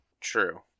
True